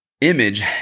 Image